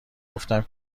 گفتم